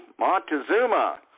Montezuma